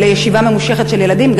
לישיבה ממושכת של ילדים,